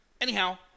anyhow –